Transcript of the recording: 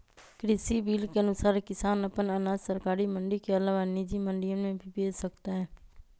कृषि बिल के अनुसार किसान अपन अनाज सरकारी मंडी के अलावा निजी मंडियन में भी बेच सकतय